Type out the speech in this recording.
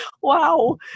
wow